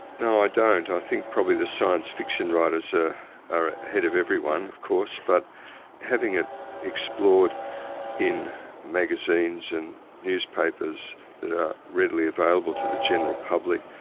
no, i don't. i think probably the science fiction writers ah are ah ahead of everyone of course, but having it explored in magazines and newspapers that are readily available to the general public,